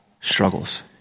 struggles